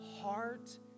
heart